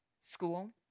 school